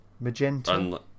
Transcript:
Magenta